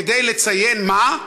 כדי לציין מה?